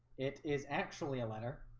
it is actually a letter